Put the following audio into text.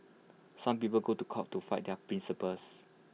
some people go to court to fight their principles